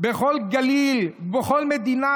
"בכל גליל ובכל מדינה,